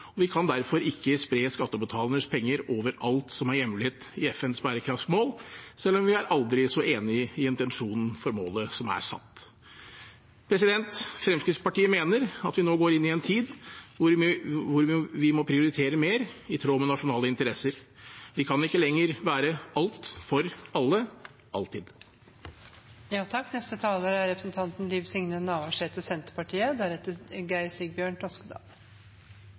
Vi kan derfor ikke spre skattebetalernes penger ut over alt som er hjemlet i FNs bærekraftsmål, selv om vi er aldri så enig i intensjonen bak målet som er satt. Fremskrittspartiet mener at vi nå går inn i en tid da vi må prioritere mer i tråd med nasjonale interesser. Vi kan ikke lenger være alt for alle – alltid.